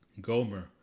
Gomer